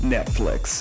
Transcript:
Netflix